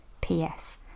PS